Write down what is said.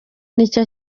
nicyo